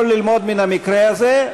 יכול ללמוד מן המקרה הזה.